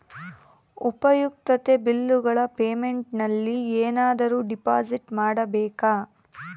ಉಪಯುಕ್ತತೆ ಬಿಲ್ಲುಗಳ ಪೇಮೆಂಟ್ ನಲ್ಲಿ ಏನಾದರೂ ಡಿಪಾಸಿಟ್ ಮಾಡಬೇಕಾ?